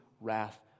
wrath